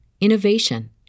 innovation